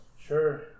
Sure